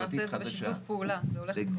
אנחנו נעשה את זה בשיתוף פעולה, זה הולך לקרות.